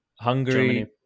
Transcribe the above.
Hungary